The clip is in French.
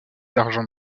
d’argent